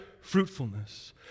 fruitfulness